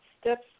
steps